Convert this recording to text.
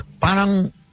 parang